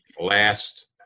last